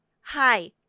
Hi